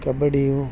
ಕಬಡ್ಡಿಯು